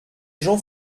jean